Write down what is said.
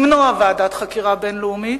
למנוע ועדת חקירה בין-לאומית,